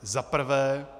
Za prvé.